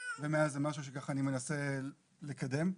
ומאז זה משהו שאני מנסה לקדם.